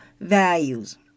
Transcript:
values